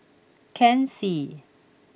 Ken Seet